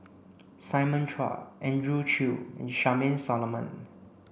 Simon Chua Andrew Chew Charmaine Solomon